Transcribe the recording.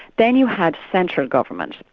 then you had central government,